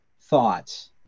thoughts